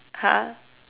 !huh!